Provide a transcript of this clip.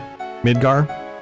Midgar